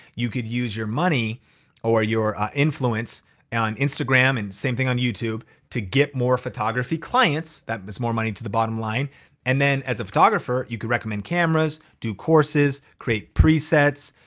you could use your money or your ah influence on instagram and same thing on youtube to get more photography clients that is more money to the bottom line and then as a photographer you can recommend cameras, do courses, create presets.